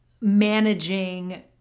managing